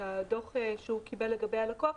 להשאיר את הדוח שהוא קיבל לגבי הלקוח,